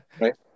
right